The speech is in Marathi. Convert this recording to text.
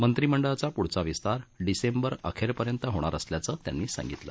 मंत्रीमंडळाचा प्ढील विस्तार डिसेंबर अखेरपर्यंत होणार असल्याचं त्यांनी सांगितलं